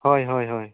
ᱦᱳᱭ ᱦᱳᱭ ᱦᱳᱭ